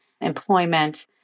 employment